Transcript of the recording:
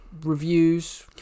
reviews